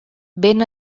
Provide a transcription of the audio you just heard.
ben